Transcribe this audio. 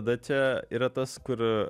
tada čia yra tas kur